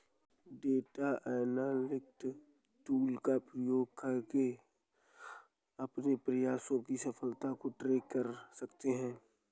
data analytics tool का उपयोग करके अपने प्रयासों की सफलता को ट्रैक कर सकते है